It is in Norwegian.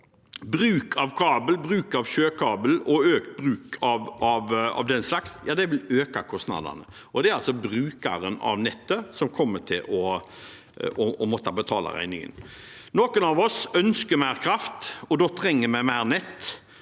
Bruk av kabel, bruk av sjøkabel og økt bruk av den slags vil øke kostnadene. Det er altså brukeren av nettet som kommer til å måtte betale regningen. Noen av oss ønsker mer kraft, og da trenger vi mer nett.